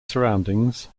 surroundings